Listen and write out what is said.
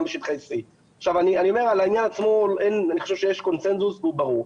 בשטחי C. על העניין עצמו אני חושב שיש קונצנזוס והוא ברור.